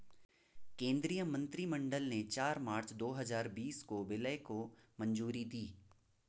केंद्रीय मंत्रिमंडल ने चार मार्च दो हजार बीस को विलय को मंजूरी दी